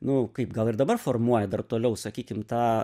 nu kaip gal ir dabar formuoja dar toliau sakykim tą